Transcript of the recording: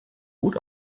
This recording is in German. gut